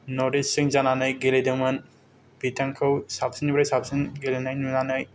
north इस्तजों जानानै गेलेदोंमोन बिथांखौ साबसिननिफ्राय साबसिन गेलेनाय नुनानै